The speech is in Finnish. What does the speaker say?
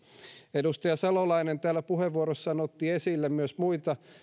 edustaja salolainen täällä puheenvuorossaan otti esille myös muita